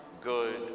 good